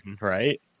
right